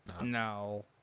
No